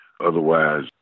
Otherwise